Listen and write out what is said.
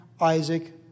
Isaac